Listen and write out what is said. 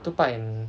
took part in